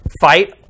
Fight